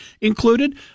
included